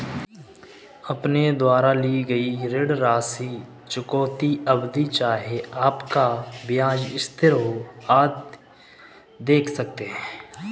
अपने द्वारा ली गई ऋण राशि, चुकौती अवधि, चाहे आपका ब्याज स्थिर हो, आदि देख सकते हैं